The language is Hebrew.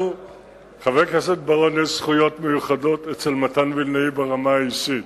לחבר הכנסת בר-און יש זכויות מיוחדות אצל מתן וילנאי ברמה האישית.